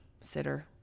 sitter